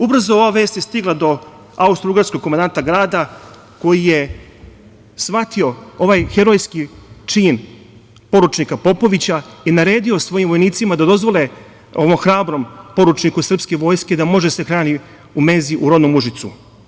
Ubrzo ova vest je stigla do austrougarskog komandanta grada koji je shvatio ovaj herojski čin poručnika Popovića i naredio svojim vojnicima da dozvole ovom hrabrom poručniku srpske vojske da može da se hrani u menzi u rodnom Užicu.